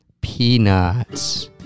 Peanuts